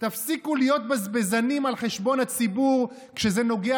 תפסיקו להיות בזבזנים על חשבון הציבור כשזה נוגע